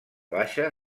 baixa